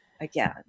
again